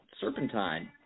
Serpentine